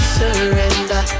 surrender